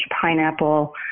pineapple